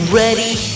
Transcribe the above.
ready